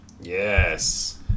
Yes